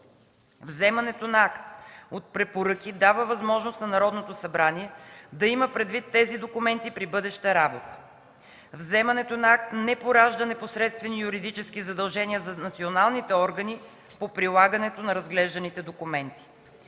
Вземането на акт от препоръки дава възможност на Народното събрание да има предвид тези документи при бъдеща работа. Вземането на акт не поражда непосредствени юридически задължения за националните органи по прилагането на разглежданите документи.